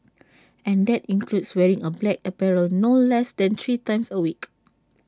and that includes wearing A black apparel no less than three times A week